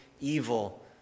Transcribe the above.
evil